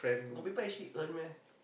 got people actually earn meh